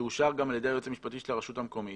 שאושר גם על ידי היועץ המשפטי של הרשות המקומית,